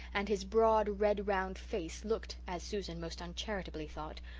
and his broad, red round face looked, as susan most uncharitably thought,